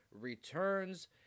returns